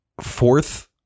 fourth